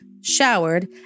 showered